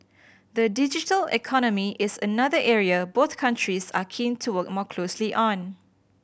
the digital economy is another area both countries are keen to work more closely on